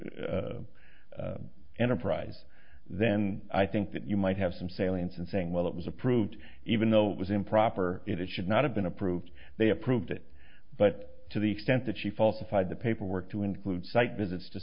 enterprise then i think that you might have some salience in saying well it was approved even though it was improper it should not have been approved they approved it but to the extent that she falsified the paperwork to include site visits to